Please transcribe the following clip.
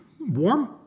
warm